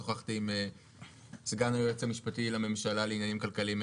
שוחחתי עם סגן היועץ המשפטי לממשלה לעניינים כלכליים,